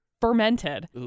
fermented